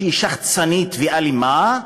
שהיא שחצנית ואלימה,